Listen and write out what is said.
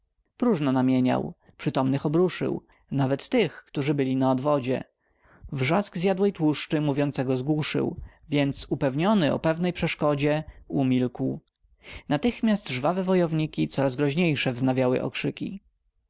próżno namieniał przytomnych obruszył nawet tych którzy byli na odwodzie wrzask zjadłej tłuszczy mówiącego zgłuszył więc upewniony o pewnej przeszkodzie umilkł natychmiast żwawe wojowniki coraz groźniejsze wznawiały okrzyki